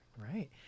Right